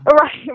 Right